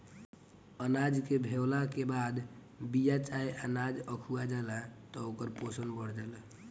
अनाज के भेवला के बाद बिया चाहे अनाज अखुआ जाला त ओकर पोषण बढ़ जाला